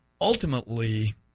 Ultimately